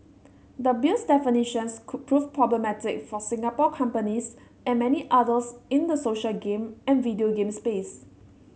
the Bill's definitions could prove problematic for Singapore companies and many others in the social game and video game space